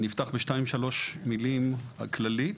אפתח בשתיים-שלוש מילים כלליות,